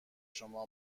شما